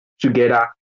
together